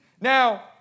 Now